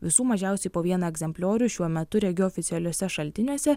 visų mažiausiai po vieną egzempliorių šiuo metu regiu oficialiuose šaltiniuose